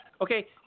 Okay